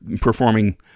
performing